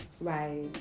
Right